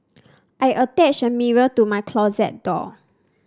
I attached a mirror to my closet door